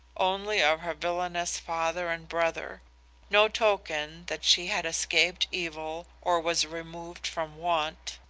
only of her villainous father and brother no token that she had escaped evil or was removed from want.